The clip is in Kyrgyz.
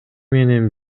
менен